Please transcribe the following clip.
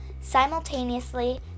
Simultaneously